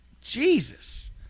Jesus